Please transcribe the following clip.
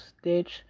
Stitch